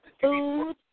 food